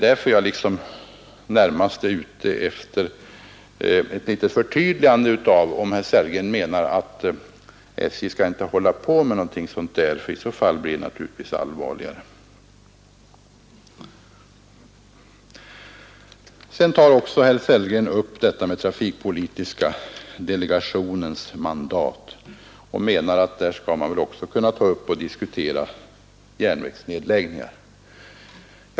Därför skulle jag gärna vilja ha ett förtydligande av herr Sellgren om han menar att SJ inte skall hålla på med något sådant, ty i så fall blir det naturligtvis allvarligare. Herr Sellgren tar också upp frågan om den trafikpolitiska delegationens mandat och menar att delegationen även bör kunna diskutera järnvägsnedläggningar.